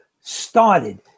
started